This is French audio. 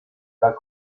pas